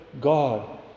god